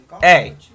hey